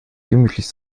gemütlich